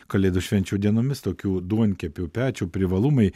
kalėdų švenčių dienomis tokių duonkepių pečių privalumai